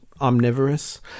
omnivorous